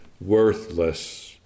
worthless